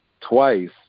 twice